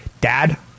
Dad